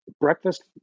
breakfast